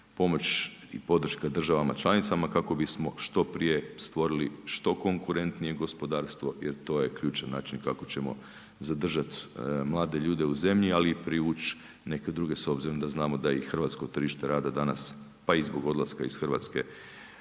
Pomoć i podrška državama članicama kako bismo što prije stvorili što konkurentnije gospodarstvo jer to je ključan način kako ćemo zadržati mlade ljude u zemlji ali i privući neke druge s obzirom da znamo da i hrvatsko tržište rada pa i zbog odlaska iz Hrvatske